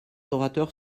orateurs